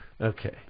Okay